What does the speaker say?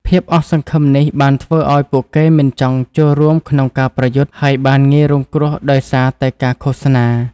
ភាពអស់សង្ឃឹមនេះបានធ្វើឲ្យពួកគេមិនចង់ចូលរួមក្នុងការប្រយុទ្ធ ហើយបានងាយរងគ្រោះដោយសារតែការឃោសនា។